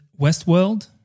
Westworld